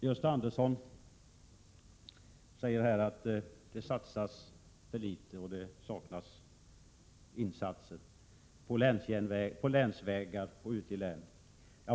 Gösta Andersson säger att det satsas för litet på länsvägar och ute i länen.